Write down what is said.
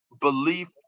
belief